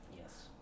yes